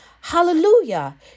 Hallelujah